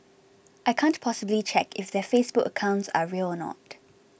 I can't possibly check if their Facebook accounts are real or not